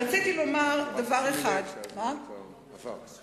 רציתי לומר דבר אחד, רק שימי לב שהזמן עבר.